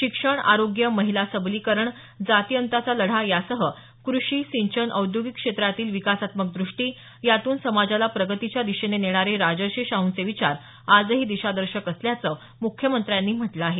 शिक्षण आरोग्य महिला सबलीकरण जातीअंताचा लढा यांसह कृषी सिंचन औद्योगिक क्षेत्रांतील विकासात्मक दृष्टी यातून समाजाला प्रगतीच्या दिशेने नेणारे राजर्षी शाहूंचे विचार आजही दिशादर्शक असल्याचं मुख्यमंत्र्यांनी म्हटलं आहे